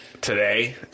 Today